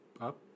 Up